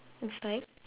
is like